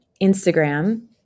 Instagram